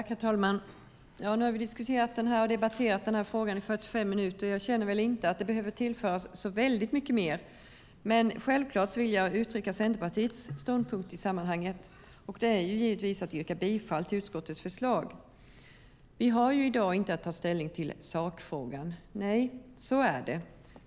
Herr talman! Nu har vi diskuterat och debatterat den här frågan i 45 minuter, och jag känner väl inte att det behöver tillföras så väldigt mycket mer. Men självklart vill jag uttrycka Centerpartiets ståndpunkt i sammanhanget, och det är givetvis att yrka bifall till utskottets förslag. Vi har i dag inte att ta ställning till sakfrågan. Så är det.